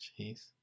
Jeez